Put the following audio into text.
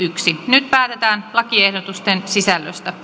nyt päätetään lakiehdotusten sisällöstä